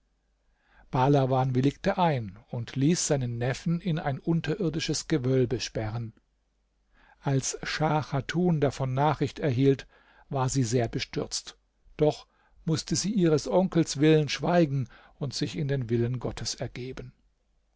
bahlawan willigte ein und ließ seinen neffen in ein unterirdisches gewölbe sperren als schah chatun davon nachricht erhielt war sie sehr bestürzt doch mußte sie ihres onkels willen schweigen und sich in den willen gottes ergeben